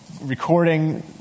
recording